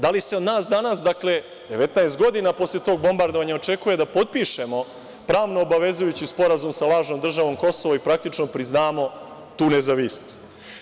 Da li se od nas danas, dakle, 19 godina posle tog bombardovanja, očekuje da potpišemo pravno-obavezujući sporazum sa lažnom državom Kosovo i praktično priznamo tu nezavisnost?